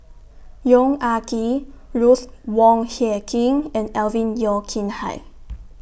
Yong Ah Kee Ruth Wong Hie King and Alvin Yeo Khirn Hai